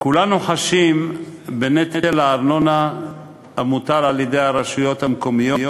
כולנו חשים בנטל הארנונה המוטל על-ידי הרשויות המקומיות